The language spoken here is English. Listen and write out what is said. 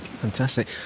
Fantastic